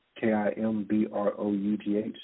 K-I-M-B-R-O-U-G-H